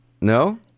No